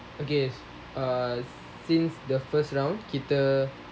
against err since the first round kita